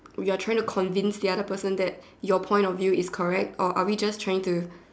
you're trying to convince the other person that your point of view is correct or are we just trying to